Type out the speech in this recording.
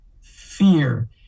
fear